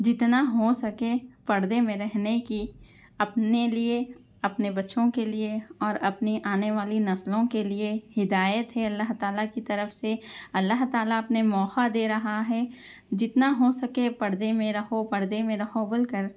جتنا ہو سکے پردے میں رہنے کی اپنے لیے اپنے بچوں کے لیے اور اپنی آنے والی نسلوں کے لیے ہدایت ہے اللّہ تعالیٰ کی طرف سے اللّہ تعالیٰ اپنے موقع دے رہا ہے جتنا ہو سکے پردے میں رہو پردے میں رہو بول کر